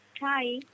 Hi